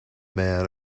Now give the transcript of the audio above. men